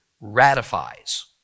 ratifies